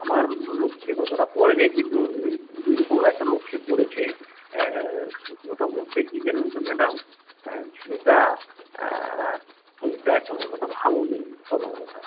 আমার লক্ষ্যে ততটা পড়ে নাই কিন্তু এই দুদিন হলো একটা লক্ষ্যে পড়েছে সত্যি কথা বলতে কি জানেন তো ম্যাডাম ছেলেটার শরীরটা একরকম কথা ভালো নেই প্রথম কথা